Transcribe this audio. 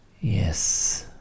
yes